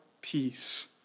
peace